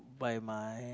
by my